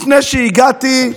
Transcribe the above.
לפני שהגעתי,